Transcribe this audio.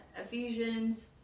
Ephesians